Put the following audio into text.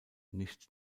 nicht